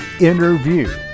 Interview